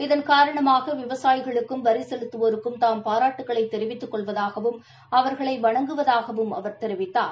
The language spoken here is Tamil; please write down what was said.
இதன் காரணமாக விவசாயிகளுக்கும் வரி செலுத்துவோருக்கும் தாம் பாராட்டுக்களைத் தெரிவித்துக் கொள்வதாகவும் அவர்களை வணங்குவதாகவும் அவர் தெரிவித்தார்